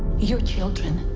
your children.